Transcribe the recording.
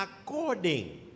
according